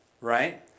right